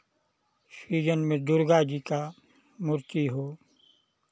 season में दुर्गा जी का मूर्ति हो